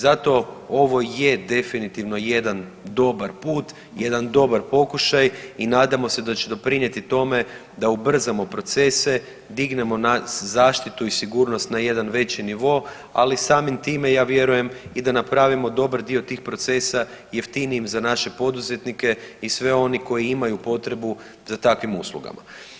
Zato ovo je definitivno jedan dobar put i jedan dobar pokušaj i nadamo se da će doprinjeti tome da ubrzamo procese i dignemo zaštitu i sigurnost na jedan veći nivo, ali samim time ja vjerujem i da napravimo dobar dio tih procesa jeftinijim za naše poduzetnike i sve one koji imaju potrebu za takvim uslugama.